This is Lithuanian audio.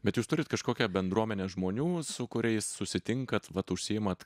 bet jūs turit kažkokią bendruomenę žmonių su kuriais susitinkat vat užsiimat